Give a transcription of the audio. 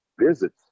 visits